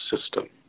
system